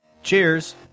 Cheers